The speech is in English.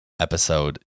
episode